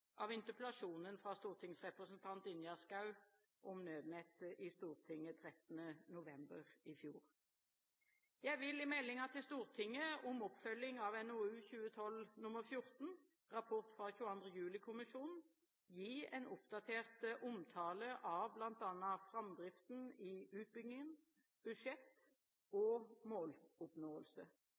av interpellasjonen fra stortingsrepresentant Ingjerd Schou om Nødnett i Stortinget den 13. november i fjor. Jeg vil i meldingen til Stortinget om oppfølgingen av NOU 2012:14, Rapport fra 22. juli-kommisjonen, gi en oppdatert omtale av bl.a. framdriften i utbyggingen, budsjett og måloppnåelse.